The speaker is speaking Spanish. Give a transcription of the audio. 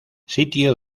sitio